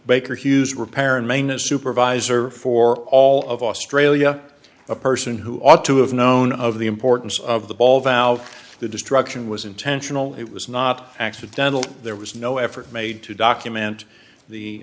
baker hughes repair and main a supervisor for all of australia a person who ought to have known of the importance of the ball valve the destruction was intentional it was not accidental there was no effort made to document the